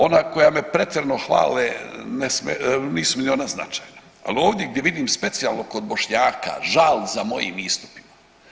Ona koja me pretjerano hvale ne, nisu mi ni ona značajna, ali ovdje gdje vidim specijalno kod Bošnjaka žal za mojim istupima.